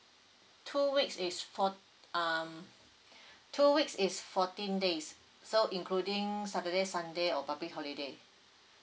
two weeks is four~ um two weeks is fourteen days so including saturday sunday or public holiday